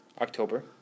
october